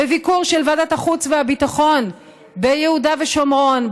בביקור של ועדת החוץ והביטחון ביהודה ושומרון,